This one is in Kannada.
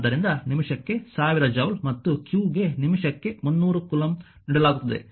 ಆದ್ದರಿಂದ ನಿಮಿಷಕ್ಕೆ 1000 ಜೌಲ್ ಮತ್ತು q ಗೆ ನಿಮಿಷಕ್ಕೆ 300 ಕೂಲಂಬ್ ನೀಡಲಾಗುತ್ತದೆ